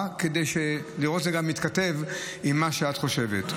כדי לראות שזה גם מתכתב עם מה שאת אומרת.